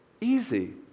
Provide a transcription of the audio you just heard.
Easy